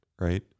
right